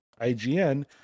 IGN